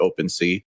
OpenSea